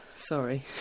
sorry